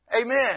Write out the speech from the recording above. Amen